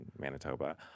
Manitoba